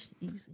Easy